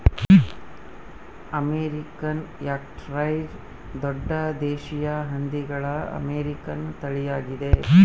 American Yorkshire ದೊಡ್ಡ ದೇಶೀಯ ಹಂದಿಗಳ ಅಮೇರಿಕನ್ ತಳಿಯಾಗಿದೆ